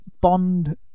Bond